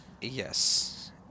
Yes